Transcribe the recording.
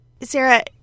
Sarah